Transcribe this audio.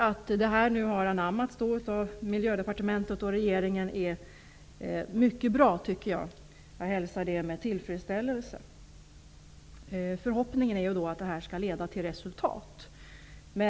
Att det har anammats av Miljödepartementet och regeringen tycker jag är mycket bra. Jag hälsar det med tillfredsställelse. Förhoppningen är att det skall leda till resultat.